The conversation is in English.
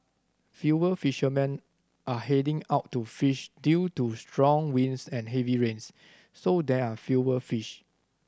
fewer fishermen are heading out to fish due to strong winds and heavy rains so there are fewer fish